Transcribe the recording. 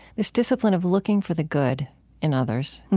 this discipline of looking for the good in others.